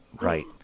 Right